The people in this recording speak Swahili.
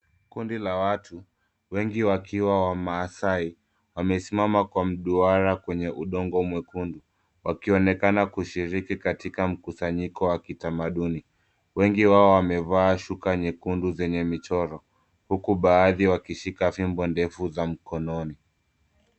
Kundi la watu, wengi wakiwa wamasai, wamesimama kwa mduara kwenye udongo mwekundu. Wakionekana kushiriki katika mkusanyiko wa kitamaduni. Wengi wao wamevaa shuka nyekundu zenye michoro, huku baadhi wakishika fimbo ndefu za mkononi.